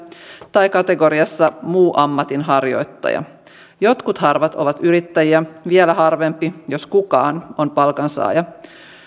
tai kategoriassa muu ammatinharjoittaja jotkut harvat ovat yrittäjiä vielä harvempi jos kukaan on palkansaaja